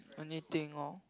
anything orh